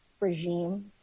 regime